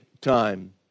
time